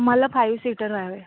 मला five seater हवी आहे